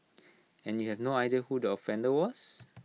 and you have no idea who the offender was